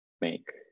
make